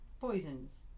poisons